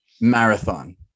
marathon